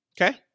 Okay